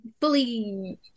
fully